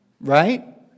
right